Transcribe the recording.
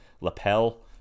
lapel